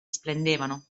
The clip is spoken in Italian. splendevano